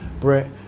brett